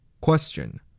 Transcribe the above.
Question